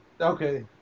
Okay